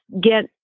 get